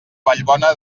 vallbona